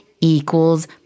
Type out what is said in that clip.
equals